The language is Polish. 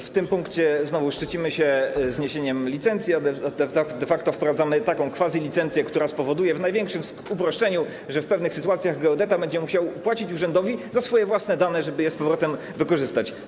W tym punkcie znowu szczycimy się zniesieniem licencji, a de facto wprowadzamy taką quasi-licencję, która spowoduje, w największym uproszczeniu, że w pewnych sytuacjach geodeta będzie musiał płacić urzędowi za swoje własne dane, żeby je z powrotem wykorzystać.